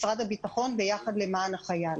משרד הביטחון ו"יחד למען החייל".